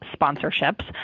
sponsorships